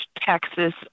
Texas